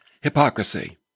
Hypocrisy